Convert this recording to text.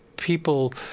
people